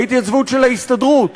ההתייצבות של ההסתדרות.